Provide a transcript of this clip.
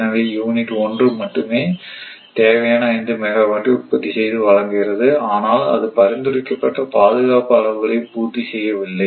எனவே யூனிட் 1 மட்டுமே தேவையான 5 மெகாவாட்டை உற்பத்தி செய்து வழங்குகிறது ஆனால் அது பரிந்துரைக்கப்பட்ட பாதுகாப்பு அளவுகளை பூர்த்தி செய்யவில்லை